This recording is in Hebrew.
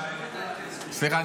סליחה,